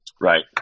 Right